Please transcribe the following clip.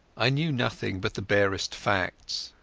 i knew nothing but the barest facts.